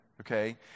Okay